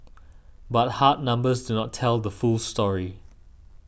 but hard numbers do not tell the full story